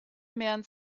mehren